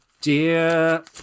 dear